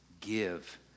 give